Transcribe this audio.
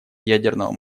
ядерного